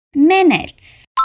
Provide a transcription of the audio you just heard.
Minutes